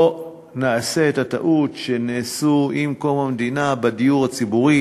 לא נעשה את הטעות שנעשתה עם קום המדינה בדיור הציבורי,